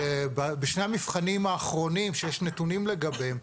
ובשני המבחנים האחרונים שיש נתונים לגביהם,